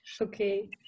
Okay